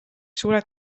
suured